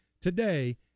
today